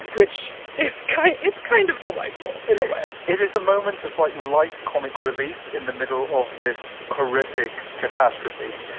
which is kind of it's kind of delightful, in a way it is a moment of, like, light comic relief in the middle of this horrific catastrophe.